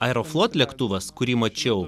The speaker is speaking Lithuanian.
aeroflot lėktuvas kurį mačiau